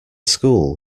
school